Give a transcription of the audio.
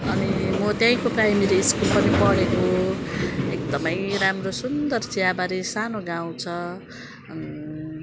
अनि म त्यहीँको प्राइमेरी स्कुल पनि पढेको हो एकदमै राम्रो सुन्दर चियाबारी सानो गाउँ छ